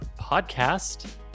Podcast